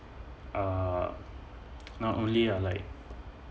uh now only ah like